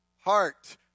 Heart